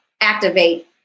activate